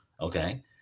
Okay